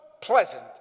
pleasant